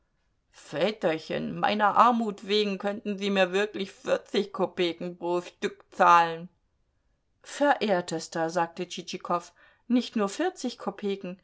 väterchen meiner armut wegen könnten sie mir wirklich vierzig kopeken pro stück zahlen verehrtester sagte tschitschikow nicht nur vierzig kopeken